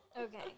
Okay